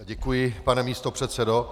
Děkuji, pane místopředsedo.